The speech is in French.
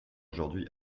aujourd’hui